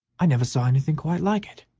i never saw anything quite like it.